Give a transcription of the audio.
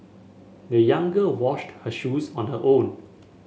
the young girl washed her shoes on her own